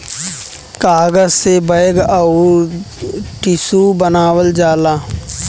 कागज से बैग अउर टिशू बनावल जाला